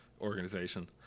organization